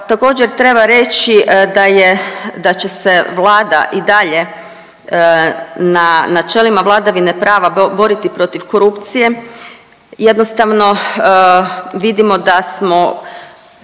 Također treba reći da je, da će se Vlada i dalje na načelima vladavine prava boriti protiv korupcije. Jednostavno vidimo da smo